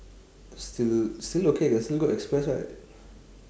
still still okay can still go express right